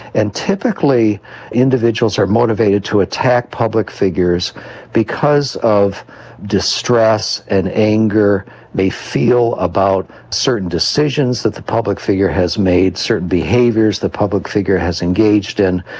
and typically individuals are motivated to attack public figures because of the distress and anger they feel about certain decisions that the public figure has made, certain behaviours the public figure has engaged in,